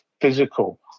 physical